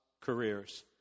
careers